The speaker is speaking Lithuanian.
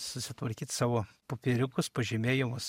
susitvarkyt savo popieriukus pažymėjimus